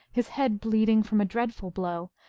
his head bleeding from a dreadful blow,